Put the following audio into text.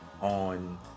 On